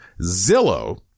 Zillow